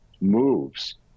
moves